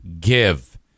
give